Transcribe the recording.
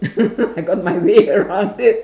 I got my way around it